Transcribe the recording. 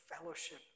fellowship